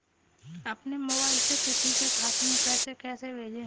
अपने मोबाइल से किसी के खाते में पैसे कैसे भेजें?